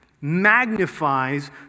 magnifies